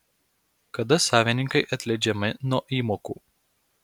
kada savininkai atleidžiami nuo įmokų